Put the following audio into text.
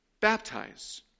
baptize